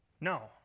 No